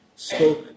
spoke